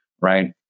right